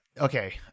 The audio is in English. okay